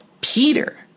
Peter